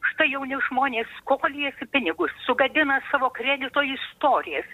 štai jauni žmonės skolijasi pinigus sugadina savo kredito istorijas